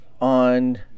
on